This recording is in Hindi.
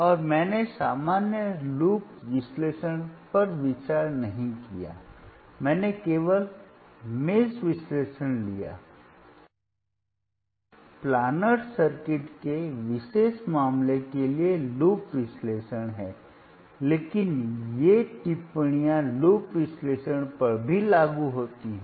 और मैंने सामान्य लूप विश्लेषण पर विचार नहीं किया मैंने केवल जाल विश्लेषण लिया जो कि प्लानर्स सर्किट के विशेष मामले के लिए लूप विश्लेषण है लेकिन ये टिप्पणियां लूप विश्लेषण पर भी लागू होती हैं